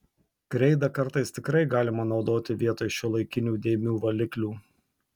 kreidą kartais tikrai galima naudoti vietoj šiuolaikinių dėmių valiklių